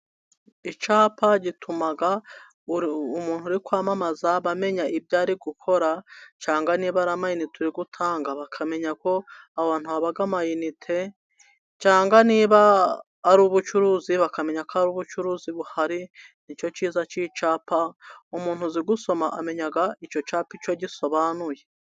Icyapa gituma umuntu uri kwamamaza, bamenya ibyo ari gukora, cyangwa niba ari amayinite uri gutanga, bakamenya ko aho hantu haba amayinite, cyangwa niba ari ubucuruzi bakamenya ko ari ubucuruzi buhari, nicyo kiza k'icyapa, umuntu uzi gusoma, amenya icyo cyapa icyo gisobanuye.